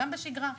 גם בשגרה.